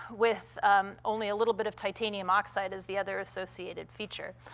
with only a little bit of titanium oxide as the other associated feature.